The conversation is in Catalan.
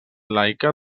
laica